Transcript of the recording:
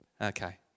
Okay